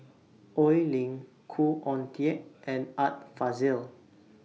Oi Lin Khoo Oon Teik and Art Fazil